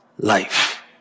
life